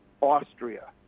Austria